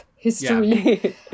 history